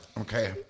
okay